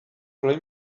play